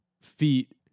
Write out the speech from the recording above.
feet